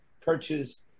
Purchase